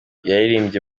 yaririmbye